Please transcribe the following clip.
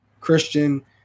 Christian